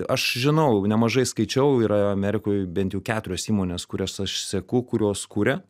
aš žinau nemažai skaičiau yra amerikoj bent jau keturios įmonės kurias aš seku kurios kuria